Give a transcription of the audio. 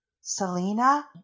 Selena